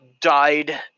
died